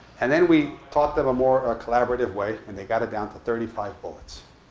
and then we taught them a more ah collaborative way. and they got it down to thirty five bullets.